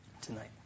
tonight